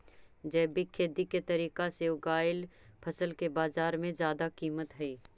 जैविक खेती के तरीका से उगाएल फसल के बाजार में जादा कीमत हई